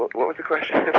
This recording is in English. what was the question?